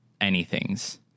anythings